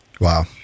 Wow